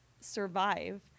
survive